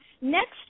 Next